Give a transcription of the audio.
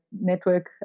network